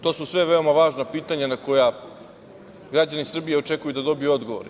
To su sve veoma važna pitanja na koja građani Srbije očekuju da dobiju odgovor.